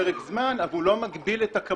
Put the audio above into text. פרק זמן, אבל הוא לא מגביל את הכמויות.